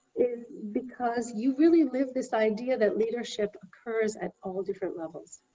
is because you really live this idea that leadership occurs at all different levels.